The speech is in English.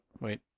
wait